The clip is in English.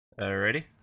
Alrighty